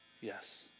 Yes